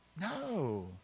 No